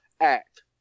act